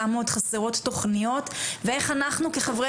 כמה עוד חסרות תוכניות ואיך אנחנו כחברי